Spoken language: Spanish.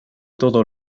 todo